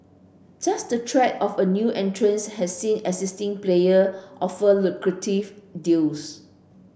just the threat of a new entrants has seen existing player offer lucrative deals